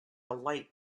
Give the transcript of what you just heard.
light